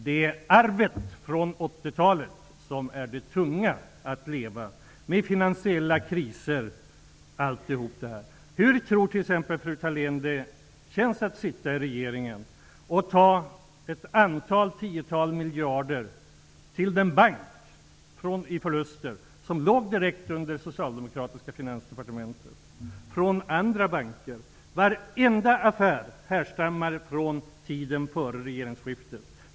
Det är arvet från 80-talet som är tungt att leva med, med finansiella kriser osv. Hur tror Ingela Thalén att det känns att sitta i regeringen och från andra banker tvingas ta ett antal tiotal miljarder till den bank, med förluster, som låg direkt under socialdemokratiska finansdepartementet? Varenda affär härstammar från tiden före regeringsskiftet.